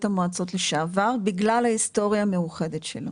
המועצות לשעבר בגלל ההיסטוריה המיוחדת שלו.